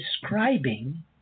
describing